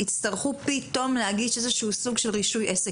יצטרכו פתאום להגיש איזשהו סוג של רישוי עסק.